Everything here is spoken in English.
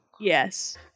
Yes